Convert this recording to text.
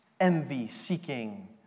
envy-seeking